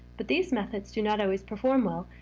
but these methods do not always perform well,